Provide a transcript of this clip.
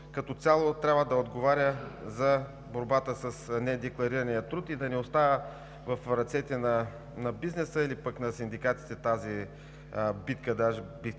като цяло трябва да отговаря за борбата с недекларирания труд и да не оставя в ръцете на бизнеса или пък на синдикатите тази битка,